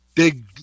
Big